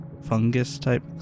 fungus-type